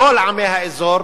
כל עמי האזור,